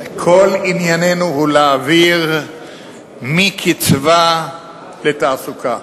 כל ענייננו הוא להעביר מקצבה לתעסוקה.